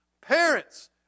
Parents